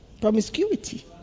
promiscuity